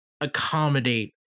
accommodate